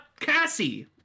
cassie